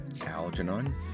Algernon